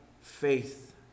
faith